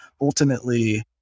ultimately